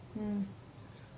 mm